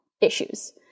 issues